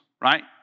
right